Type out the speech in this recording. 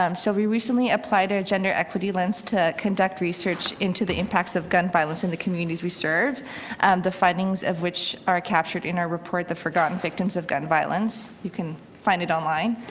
um so we recently applied a gender equity lens to conduct research into the impact of gun violence into and the communities we serve the findings of which are captured in our report the forgotten victims of gun violence. you can find it online.